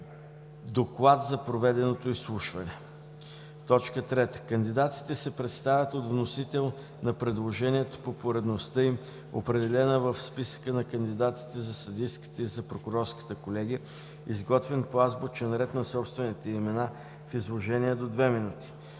доклад за проведеното изслушване. 3. Кандидатите се представят от вносител на предложението по поредността им, определена в списъка на кандидатите за съдийската и за прокурорската колегия, изготвен по азбучен ред на собствените имена, в изложение до 2 минути.